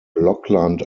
blokland